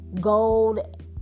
gold